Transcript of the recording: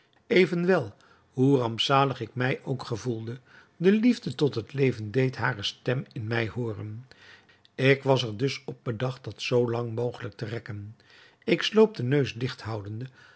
evenwel hoe rampzalig ik mij ook gevoelde de liefde tot het leven deed hare stem in mij hooren ik was er dus op bedacht dat zoo lang mogelijk te rekken ik sloop den neus